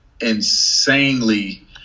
insanely